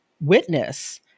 witness